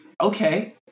Okay